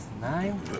nine